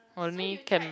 only can